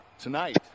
Tonight